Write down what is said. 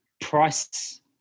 price